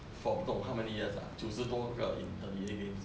for 不懂 how many years ah 九十多个 in thirty days